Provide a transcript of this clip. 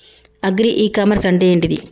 Agri e commerce అంటే ఏంటిది?